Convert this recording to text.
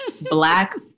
black